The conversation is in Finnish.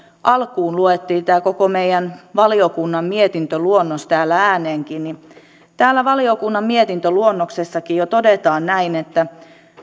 alkuun luettiin tämä koko meidän valiokunnan mietintöluonnos täällä ääneenkin ja täällä valiokunnan mietintöluonnoksessakin jo todetaan näin